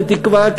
בתקווה,